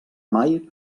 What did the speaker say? mai